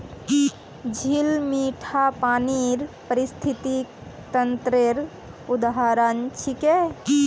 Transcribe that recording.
झील मीठा पानीर पारिस्थितिक तंत्रेर उदाहरण छिके